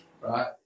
right